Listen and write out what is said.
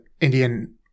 indian